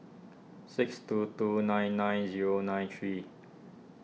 six two two nine nine zero nine three